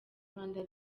rwanda